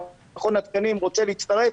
מכון התקנים רוצה להצטרף?